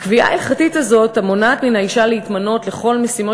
הקביעה ההלכתית הזאת המונעת מהאישה להתמנות לכל המשימות